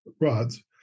rods